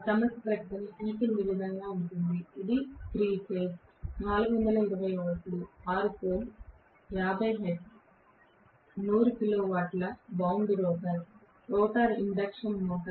సమస్య ప్రకటన క్రింది విధంగా ఉంటుంది ఇది 3 ఫేజ్ 420 వోల్ట్లు 6 పోల్ 50 హెర్ట్జ్ 100 కిలో వాట్ల wound rotor rotor induction motor